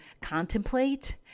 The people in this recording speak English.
contemplate